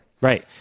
Right